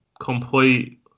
complete